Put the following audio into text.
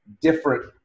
different